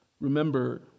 Remember